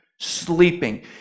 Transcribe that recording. sleeping